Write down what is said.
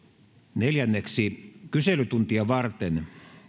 neljänneksi kyselytuntia varten